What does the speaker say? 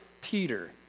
Peter